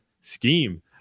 scheme